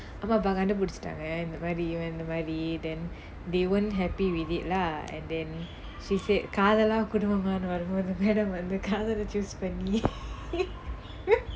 அம்மா அப்பா கண்டுபிடிச்சிட்டாங்க இந்த மாறி இவன் இந்த மாறி:amma appa kandupidichittaanga intha maari ivan intha maari then they weren't happy with it lah and then she said காதலா குடும்பமானு வரும் போது:kaadhaalaa kudumbamaanu varum pothu madam வந்து காதலை:vanthu kaadhalai choose பண்ணி:panni